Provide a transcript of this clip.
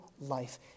life